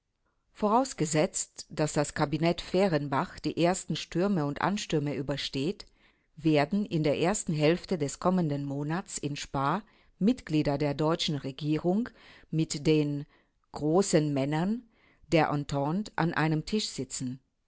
vorausgesetzt daß das kabinett fehrenbach die ersten stürme und anstürme übersteht werden in der ersten hälfte des kommenden monats in spaa mitglieder der deutschen regierung mit den großen männern der entente an einem tisch sitzen